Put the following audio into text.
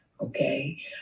okay